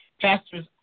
Pastors